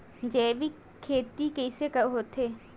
जैविक खेती कइसे होथे?